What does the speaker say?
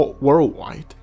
worldwide